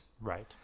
Right